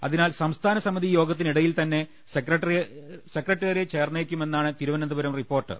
അതിനാൽ സംസ്ഥാനസമിതി യോഗത്തിനിടയിൽതന്നെ സെക്രട്ടറി യേറ്റ് ചേർന്നേക്കുമെന്നാണ് തിരുവനന്തപുരം റിപ്പോർട്ട്